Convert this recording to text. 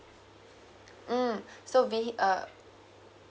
mm so vi~ uh